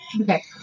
Okay